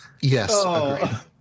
Yes